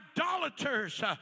idolaters